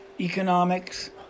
economics